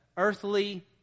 earthly